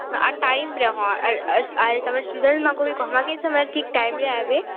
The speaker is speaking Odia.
ଆର୍ ଟାଇମ୍ରେ ହଁ ସିନିୟର୍ ମାନକୁଁ ବି କହେମା କି ସେମାନେ ସବୁ ଠିକ୍ ଟାଇମ୍ରେ ଆଏବେ